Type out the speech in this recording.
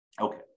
Okay